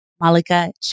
Malika